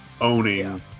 owning